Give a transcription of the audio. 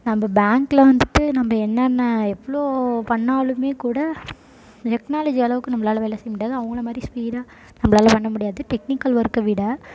நம்ம பேங்க்கில் வந்துட்டு நம்ம என்னென்ன எவ்வளோ பண்ணிணாலுமே கூட டெக்னாலஜி அளவுக்கு நம்மளால வேலை செய்ய முடியாது அவங்கள மாதிரி ஸ்பீடாக நம்மளால பண்ண முடியாது டெக்னிக்கல் ஒர்க்கை விட